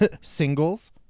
Singles